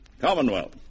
Commonwealth